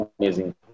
amazing